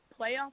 playoff